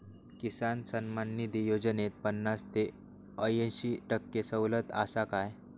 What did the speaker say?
किसान सन्मान निधी योजनेत पन्नास ते अंयशी टक्के सवलत आसा काय?